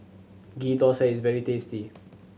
Ghee Thosai is very tasty